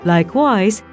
Likewise